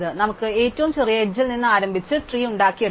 നമുക്ക് ഏറ്റവും ചെറിയ എഡ്ജിൽ നിന്ന് ആരംഭിച്ച് ട്രീ ഉണ്ടാക്കിയെടുക്കാം